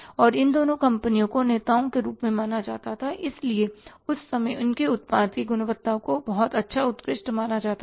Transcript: और इन दोनों कंपनियों को नेताओं के रूप में माना जाता था इसलिए उस समय उनके उत्पाद की गुणवत्ता को बहुत अच्छा उत्कृष्ट माना जाता था